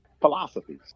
philosophies